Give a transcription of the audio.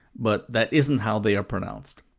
but that isn't how they are pronounced.